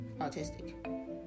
autistic